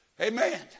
Amen